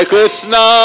Krishna